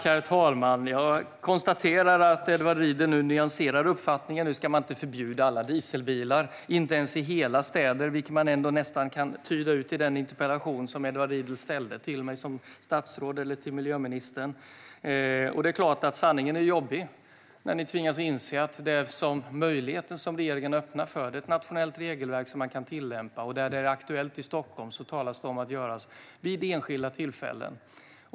Herr talman! Jag konstaterar att Edward Riedl nu nyanserar uppfattningen. Nu ska man inte förbjuda alla dieselbilar, inte ens i hela städer, vilket man nästan kan tyda ut av den interpellation som Edward Riedl ställde till mig eller miljöministern. Det är klart att sanningen är jobbig när ni tvingas inse att den möjlighet som regeringen öppnar för är ett nationellt regelverk som man kan tillämpa. Där det är aktuellt i Stockholm talas det om att göra det vid enskilda tillfällen.